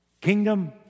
kingdom